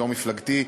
יושב-ראש מפלגתי,